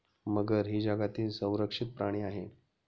मगर ही जगातील संरक्षित प्राणी आहे